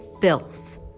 filth